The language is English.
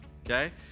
okay